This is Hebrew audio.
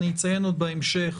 אני אציין עוד בהמשך,